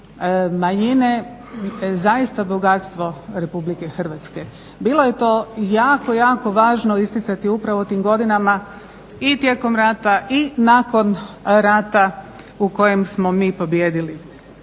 manjine zaista bogatstvo RH. Bilo je to jako, jako važno isticati upravo u tim godinama, i tijekom rata i nakon rata u kojem smo mi pobijedili. Dakle,